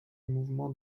mouvement